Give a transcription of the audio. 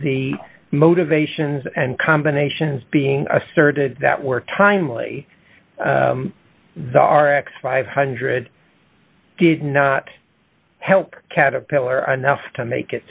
the motivations and combinations being asserted that were timely the r x five hundred did not help caterpillar anough to make it